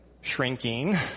shrinking